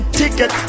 ticket